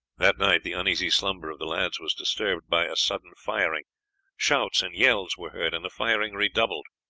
that night the uneasy slumber of the lads was disturbed by a sudden firing shouts and yells were heard, and the firing redoubled.